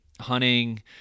hunting